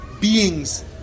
beings